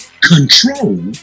control